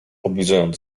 oblizując